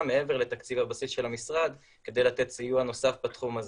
מעבר לתקציב הבסיס של המשרד כדי לתת סיוע נוסף בתחום הזה.